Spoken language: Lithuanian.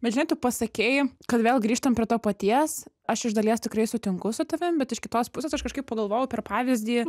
bet žinai tu pasakei kad vėl grįžtam prie to paties aš iš dalies tikrai sutinku su tavim bet iš kitos pusės aš kažkaip pagalvojau per pavyzdį